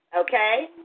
okay